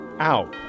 Ow